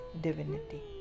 Divinity